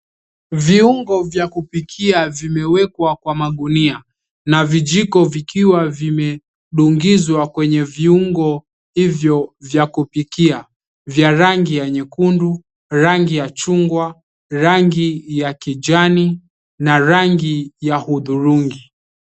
Viungo vya kupikia vimewekwa kwa magunia na vijiko vikiwa vimedungizwa kwa viungo hivo vya kupikia vya rangi ya nyekundu, rangi ya chungwa rangi ya kijani na rangi ya hudhurungi.